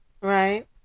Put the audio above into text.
right